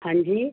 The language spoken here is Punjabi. ਹਾਂਜੀ